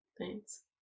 Thanks